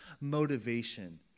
motivation